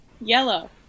Yellow